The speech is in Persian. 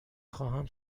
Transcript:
خواهم